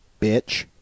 bitch